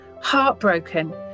heartbroken